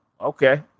okay